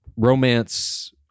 romance